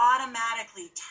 automatically